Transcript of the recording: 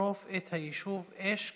בכביש המוביל מהיישוב טנא עומרים למיתר